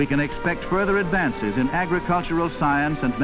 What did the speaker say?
we can expect rather advances in agricultural science and